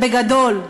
בגדול,